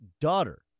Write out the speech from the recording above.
daughter